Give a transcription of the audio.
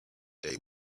day